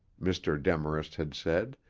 mr. demarest had said,